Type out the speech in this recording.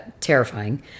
terrifying